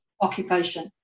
occupation